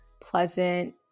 Pleasant